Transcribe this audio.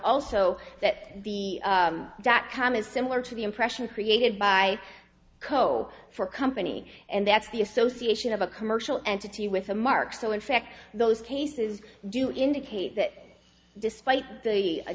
also that the dot com is similar to the impression created by co for company and that's the association of a commercial entity with a mark so in fact those cases do indicate that despite the